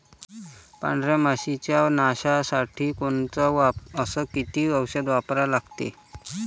पांढऱ्या माशी च्या नाशा साठी कोनचं अस किती औषध वापरा लागते?